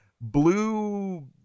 blue